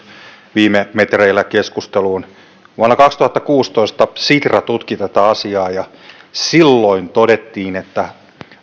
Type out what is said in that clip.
viime metreillä keskusteluun vuonna kaksituhattakuusitoista sitra tutki tätä asiaa ja silloin todettiin että